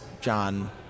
John